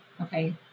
okay